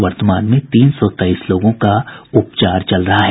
वर्तमान में तीन सौ तेईस लोगों का उपचार चल रहा है